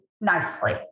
nicely